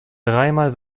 dreimal